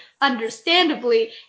understandably